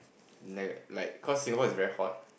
neg~ like cause Singapore is very hot